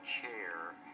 chair